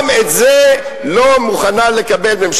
גם את זה ממשלת ישראל לא מוכנה לקבל.